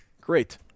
Great